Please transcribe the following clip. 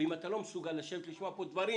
ואם אתה לא מסוגל לשבת לשמוע פה דברים